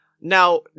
now